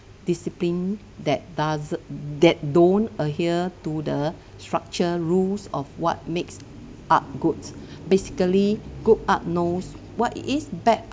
discipline that doesn't that don't adhere to the structure rules of what makes art good basically good art knows what is bad